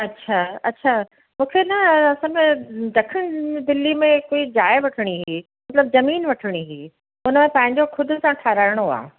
अछा अछा मूंखे न दखिण दिल्ली में कोई ॼाए वठिणी हुई मतिलबु जमीन वठिणी हुई हुन में पंहिंजो ख़ुदि सां ठाराइणो आहे